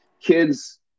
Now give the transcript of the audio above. kids